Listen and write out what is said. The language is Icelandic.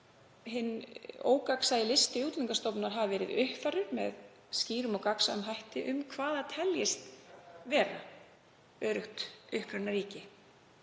hin ógagnsæi listi Útlendingastofnunar hafi verið uppfærðir með skýrum og gagnsæjum hætti um hvað teljist vera öruggt upprunaríki.